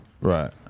Right